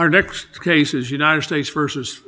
our next case is united states versus